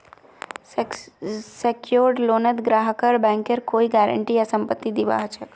secured लोनत ग्राहकक बैंकेर कोई गारंटी या संपत्ति दीबा ह छेक